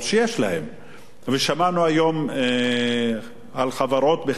ושמענו היום על חברות בכלל ענקיות,